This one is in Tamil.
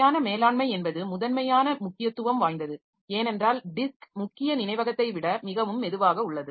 சரியான மேலாண்மை என்பது முதன்மையான முக்கியத்துவம் வாய்ந்தது ஏனென்றால் டிஸ்க் முக்கிய நினைவகத்தை விட மிகவும் மெதுவாக உள்ளது